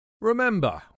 Remember